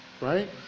right